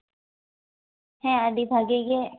ᱦᱮᱸ ᱟᱹᱰᱤ ᱵᱷᱟᱜᱮ ᱜᱮ